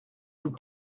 vous